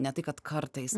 ne tai kad kartais